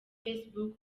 facebook